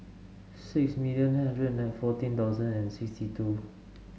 six million nine hundred and fourteen thousand and sixty two